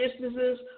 businesses